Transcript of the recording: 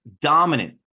dominant